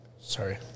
Sorry